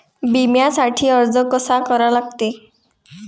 बिम्यासाठी अर्ज कसा करा लागते?